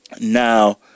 Now